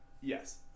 Yes